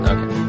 Okay